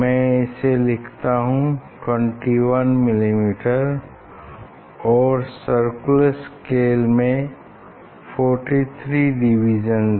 मैं इसे लिखता हूँ 21 मिलीमीटर और सर्कुलर स्केल है में 43 डिवीजन्स